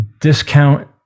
discount